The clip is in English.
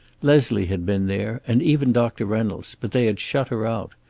leslie had been there, and even doctor reynolds, but they had shut her out.